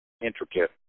intricate